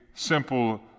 simple